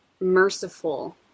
merciful